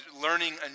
learning